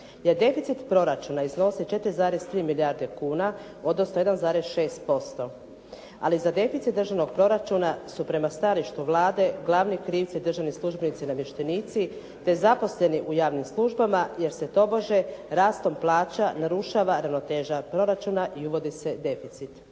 Jer deficit proračuna iznosi 4,3 milijarde kuna, odnosno 1,6%. Ali za deficit državnog proračuna su prema stajalištu Vlade glavni krivci državni službenici i namještenici te zaposleni u javnim službama jer se tobože rastom plaća narušava ravnoteža proračuna i uvodi se deficit.